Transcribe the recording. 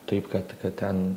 taip kad kad ten